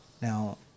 Now